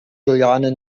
juliane